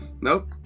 Nope